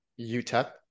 UTEP